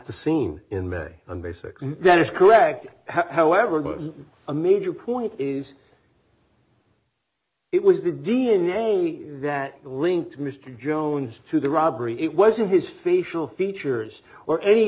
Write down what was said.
the scene in may and basically that is correct however given a major point is it was the d n a that linked mr jones to the robbery it wasn't his facial features or any